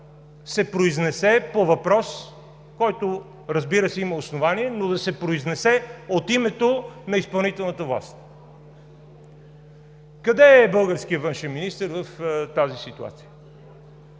се произнесе по въпрос, който, разбира се, има основание, но да се произнесе от името на изпълнителната власт. Къде е българският външен министър в тази ситуация?